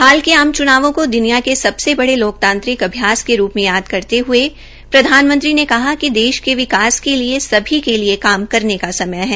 हाल के आम च्नावों को द्रनिया के सबसे बड़े लोकतंत्र अभ्यास के रूप में याद करते हये प्रधानमंत्री ने कहा कि देश के विकास के लिये सभी के लिये काम करने का समय है